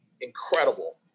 incredible